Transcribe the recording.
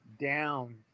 down